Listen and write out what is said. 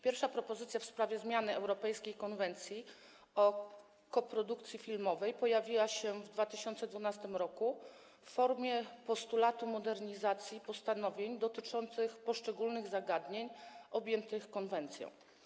Pierwsza propozycja w sprawie zmiany Europejskiej konwencji o koprodukcji filmowej pojawiła się w 2012 r. w formie postulatu modernizacji postanowień dotyczących poszczególnych zagadnień objętych konwencją.